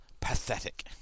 pathetic